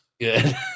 good